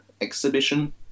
Exhibition